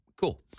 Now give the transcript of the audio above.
cool